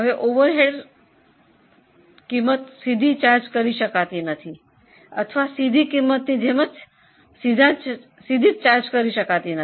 overhead ખર્ચ પ્રત્યક્ષ ખર્ચની જેમ ગણવામાં આવતી નથી